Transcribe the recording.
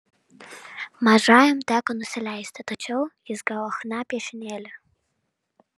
mažajam teko nusileisti tačiau jis gavo chna piešinėlį